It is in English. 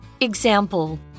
Example